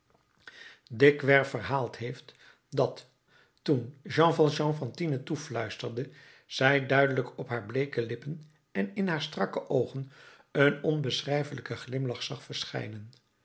dikwerf verhaald heeft dat toen jean valjean fantine toefluisterde zij duidelijk op haar bleeke lippen en in haar strakke oogen een onbeschrijfelijken glimlach zag verschijnen